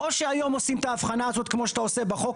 או שהיום עושים את ההבחנה הזאת כמו שאתה עושה בחוק.